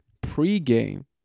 pre-game